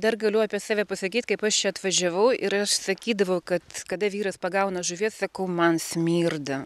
dar galiu apie save pasakyt kaip aš čia atvažiavau ir aš sakydavau kad kada vyras pagauna žuvies sakau man smirda